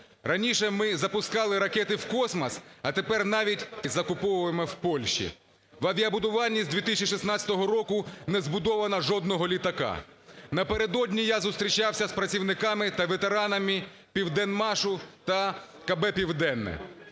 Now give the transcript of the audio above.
Раніше ми запускали ракети в космос, а тепер навіть трамваї закуповуємо в Польщі. В авіабудуванні з 2016 року не збудовано жодного літака. Напередодні я зустрічався з працівниками та ветеранами "Південмашу" та КБ "Південне".